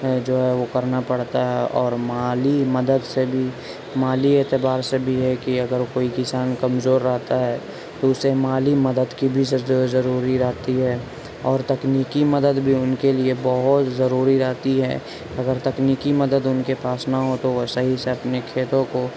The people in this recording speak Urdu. ہے جو ہے وہ کرنا پڑتا ہے اور مالی مدد سے بھی مالی اعتبار سے بھی ہے کہ اگر کوئی کسان کمزور رہتا ہے تو اسے مالی مدد کی بھی ضروری رہتی ہے اور تکنیکی مدد بھی ان کے لیے بہت ضروری رہتی ہے اگر تکنیکی مدد ان کے پاس نہ ہو تو وہ صحیح سے اپنے کھیتوں کو